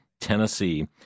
Tennessee